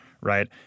right